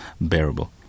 bearable